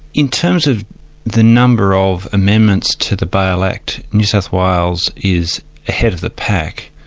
in terms of the number of amendments to the bail act, new south wales is ahead of the pack.